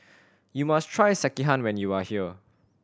you must try Sekihan when you are here